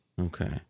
Okay